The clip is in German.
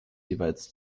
jeweils